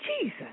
Jesus